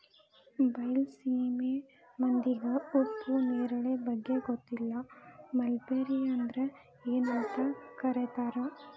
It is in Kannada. ಬೈಲಸೇಮಿ ಮಂದಿಗೆ ಉಪ್ಪು ನೇರಳೆ ಬಗ್ಗೆ ಗೊತ್ತಿಲ್ಲ ಮಲ್ಬೆರಿ ಅಂದ್ರ ಎನ್ ಅಂತ ಕೇಳತಾರ